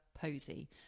Posey